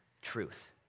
truth